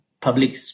public